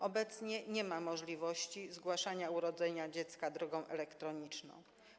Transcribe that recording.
Obecnie nie ma możliwości zgłaszania urodzenia dziecka drogą elektroniczną.